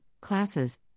classes